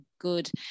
good